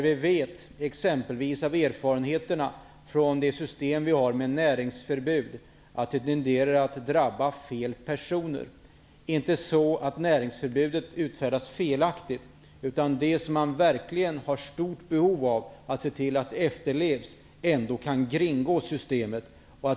Vi vet exempelvis av erfarenheterna från systemet med näringsförbud att de tenderar att drabba fel personer. Det är inte så att näringsförbudet utfärdas felaktigt. Det finns ett stort behov av att se till att systemet efterlevs, men ändå kringgås det.